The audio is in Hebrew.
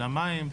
של המים,